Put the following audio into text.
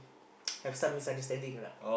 have some misunderstanding lah